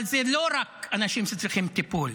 אבל זה לא רק אנשים שצריכים טיפול,